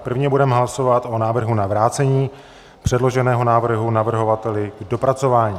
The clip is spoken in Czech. První budeme hlasovat o návrhu na vrácení předloženého návrhu navrhovateli k dopracování.